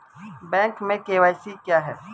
Bank में KYC क्या है?